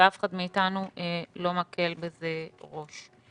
ואף אחד מאתנו לא מקל בזה ראש.